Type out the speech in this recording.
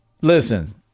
Listen